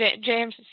James